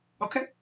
Okay